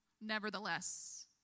nevertheless